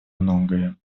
многое